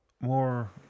more